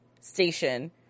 station